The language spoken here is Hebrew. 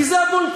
כי זה הבון-טון.